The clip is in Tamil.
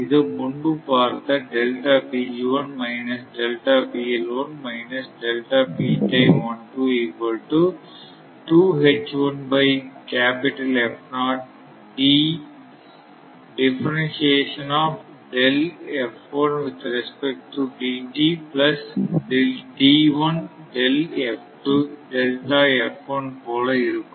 இது முன்பு பார்த்த போல இருக்கும்